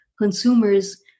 consumers